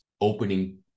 opening